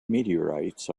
meteorites